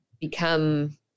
become